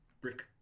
brick